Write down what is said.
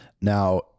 Now